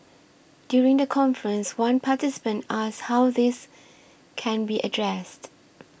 during the conference one participant asked how this can be addressed